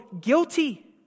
guilty